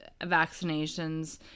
vaccinations